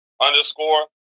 underscore